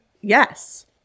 Yes